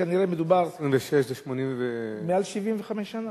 שכנראה מדובר, 1926 זה 80 ו מעל 75 שנה.